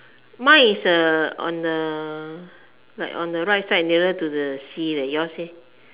mine is uh on a like on a right side nearer to the sea leh yours leh